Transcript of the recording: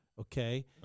Okay